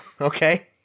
okay